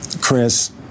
Chris